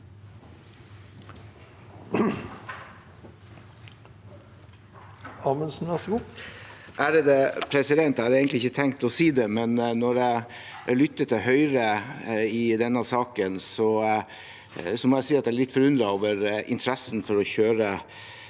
Amundsen (FrP) Jeg hadde egentlig ikke tenkt å si det, men når jeg lytter til Høyre i denne saken, må jeg si at jeg er litt forundret over interessen for å kjøre